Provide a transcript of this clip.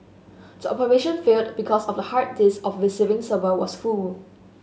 the operation failed because of hard disk of the receiving server was full